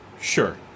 Sure